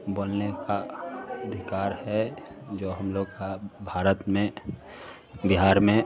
बोलने का अधिकार है जो हम लोग का भारत में बिहार में